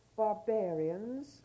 Barbarians